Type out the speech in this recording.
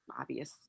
obvious